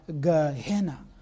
Gehenna